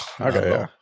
okay